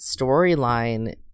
storyline